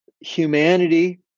humanity